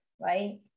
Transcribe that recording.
right